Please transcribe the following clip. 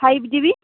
five G B